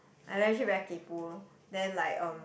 I'm actually very kaypo then like um